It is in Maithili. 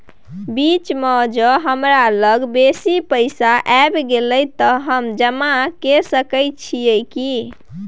बीच म ज हमरा लग बेसी पैसा ऐब गेले त हम जमा के सके छिए की?